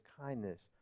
kindness